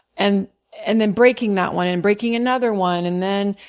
and and then breaking that one and breaking another one and then,